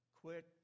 Quit